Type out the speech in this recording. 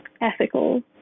ethical